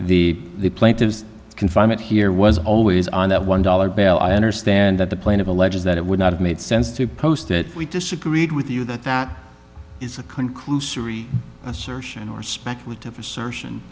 the plaintiff's confinement here was always on that one dollar bill i understand that the plaintiff alleges that it would not have made sense to post that we disagreed with you that that is a conclusory assertion or speculative assertion